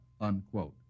unquote